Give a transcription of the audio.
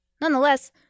Nonetheless